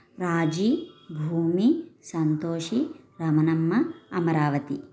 Raji Bhumi Santoshi Ramanamma Amaravati